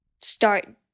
start